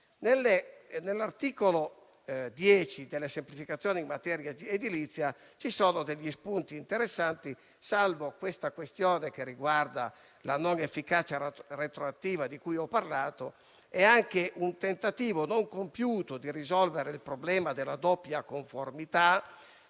All'articolo 10, sulle semplificazioni in materia di edilizia, vi sono degli spunti interessanti, salvo la questione riguardante la non efficacia retroattiva, di cui ho parlato. È un tentativo, non compiuto, di risolvere il problema della doppia conformità,